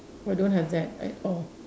I don't have that I orh